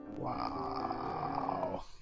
Wow